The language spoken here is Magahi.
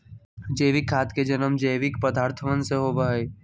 जैविक खाद के जन्म जैविक पदार्थवन से होबा हई